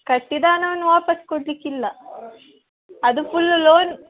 ಕಟ್ಟಿದ ಹಣವನ್ನು ವಾಪಾಸು ಕೊಡಲಿಕ್ಕಿಲ್ಲ ಅದು ಫುಲ್ಲು ಲೋನ್